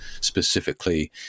specifically